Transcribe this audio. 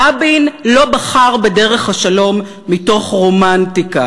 רבין לא בחר בדרך השלום מתוך רומנטיקה,